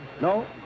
No